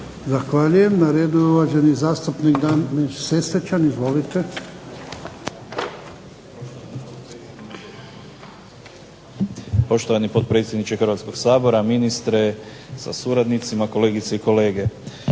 Zahvaljujem. Na redu je uvaženi zastupnik Damir Sesvečan. Izvolite. **Sesvečan, Damir (HDZ)** Poštovani potpredsjedniče Hrvatskog sabora, ministre sa suradnicima, kolegice i kolege.